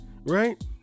right